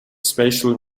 spatial